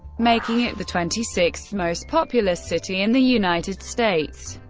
making it the twenty sixth most populous city in the united states.